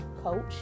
Coach